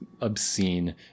obscene